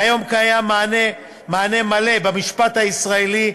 קיים כיום מענה מלא במשפט הישראלי,